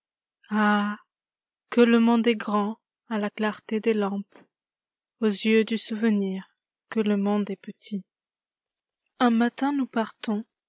que le monde est grand à la clarté des lampes aux yeux du souvenir que le monde est petit i un matin nous partons